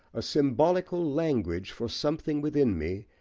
a symbolical language for something within me,